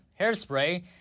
Hairspray